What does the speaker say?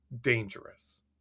dangerous